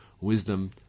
wisdom